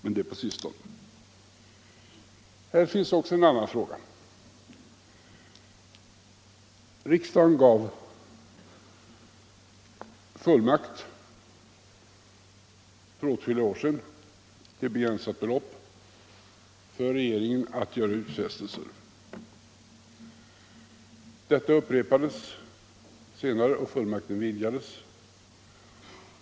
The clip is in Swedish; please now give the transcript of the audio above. Här finns också en annan fråga: Riksdagen gav för åtskilliga år sedan fullmakt för regeringen att göra utfästelser till ett begränsat belopp. Detta upprepades senare och fullmakten vidgades.